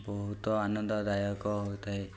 ବହୁତ ଆନନ୍ଦଦାୟକ ହୋଇଥାଏ